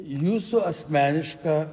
jūsų asmeniška